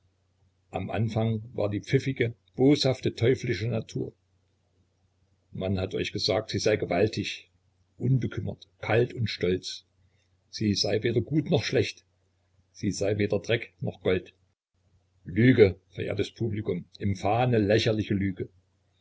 am anfang war die pfiffige boshafte teuflische natur man hat euch gesagt sie sei gewaltig unbekümmert kalt und stolz sie sei weder gut noch schlecht sie sei weder dreck noch gold lüge verehrtes publikum infame lächerliche lüge